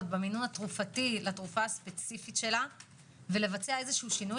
במיון התרופתי לתרופה הספציפית שלה ולבצע שינוי.